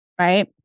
Right